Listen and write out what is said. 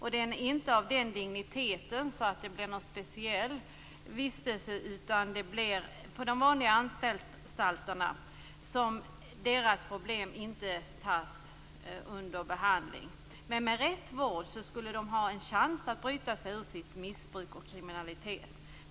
Den är inte av den digniteten att det blir någon speciell vistelse, utan de hamnar på de vanliga anstalterna där deras problem inte tas under behandling. Med rätt vård skulle de ha en chans att bryta sig ur sitt missbruk och sin kriminalitet.